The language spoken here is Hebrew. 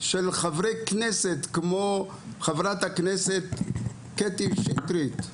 של חברי כנסת, כמו חברת הכנסת קטי שטרית,